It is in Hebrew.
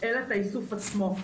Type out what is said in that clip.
אלא את האיסוף עצמו,